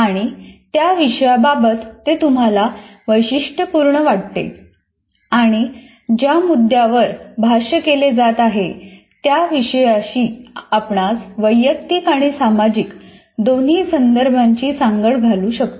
आणि त्या विषयाबाबत ते तुम्हाला वैशिष्ट्यपूर्ण वाटते आणि ज्या मुद्दय़ावर भाष्य केले जात आहे त्या विषयाशी आपणास वैयक्तिक आणि सामाजिक दोन्ही संदर्भांची सांगड घालू शकतो